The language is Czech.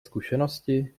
zkušenosti